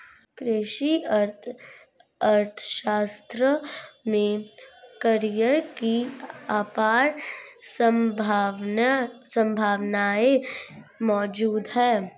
कृषि अर्थशास्त्र में करियर की अपार संभावनाएं मौजूद है